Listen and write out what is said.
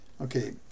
Okay